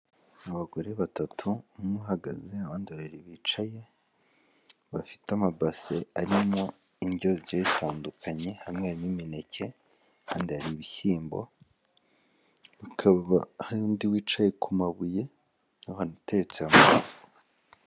Abagore batatu umwe uhagaze abandi ba biri bicaye bafite amabase arimo indyo zitandukanye, hamwe harimo imineke ahandi hari ibishyimboba, hakaba hari undi wicaye ku mabuye aba utetsemo.